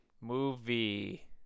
Movie